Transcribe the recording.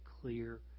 clear